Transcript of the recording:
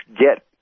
get